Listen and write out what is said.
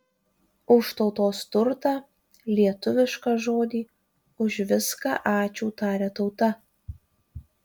už tautos turtą lietuvišką žodį už viską ačiū taria tauta